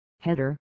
header